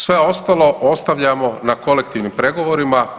Sve ostalo ostavljamo na kolektivnim pregovorima.